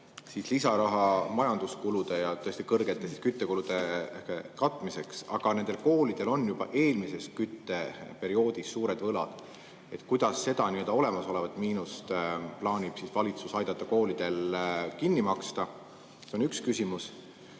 lisaraha majanduskulude ja kõrgete küttekulude katmiseks. Aga nendel koolidel on juba eelmisest kütteperioodist suured võlad. Kuidas seda olemasolevat miinust plaanib valitsus aidata koolidel kinni maksta? See on üks küsimus. Ja